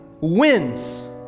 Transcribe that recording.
wins